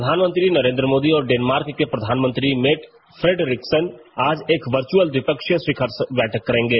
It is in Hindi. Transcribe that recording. प्रधानमंत्री नरेंद्र मोदी और डेनमार्क के प्रधानमंत्री मेट फ्रेडरिकसन आज एक वचुर्अल द्विपक्षीय शिखर बैठक करेंगे